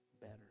better